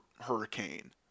hurricane